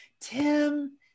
Tim